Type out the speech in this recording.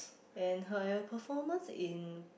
and her performance in